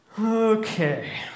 Okay